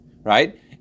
right